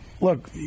Look